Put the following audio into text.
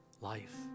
life